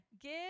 give